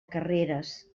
carreres